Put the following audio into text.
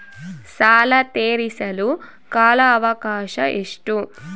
ಸಾಲ ತೇರಿಸಲು ಕಾಲ ಅವಕಾಶ ಎಷ್ಟು?